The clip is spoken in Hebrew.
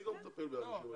אני לא מטפל באנשים האלה.